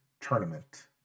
tournament